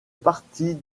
partie